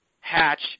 hatch